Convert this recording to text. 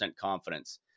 confidence